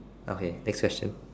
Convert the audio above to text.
okay next question